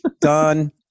Done